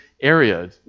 area